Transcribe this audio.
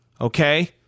Okay